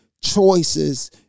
choices